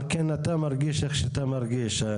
על כן אתה מרגיש איך שאתה מרגיש.